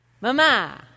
Mama